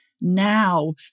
now